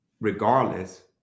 regardless